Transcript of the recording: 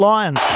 Lions